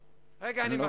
קריאת ביניים,